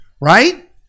right